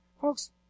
Folks